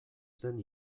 zen